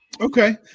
Okay